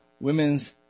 Women's